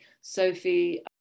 Sophie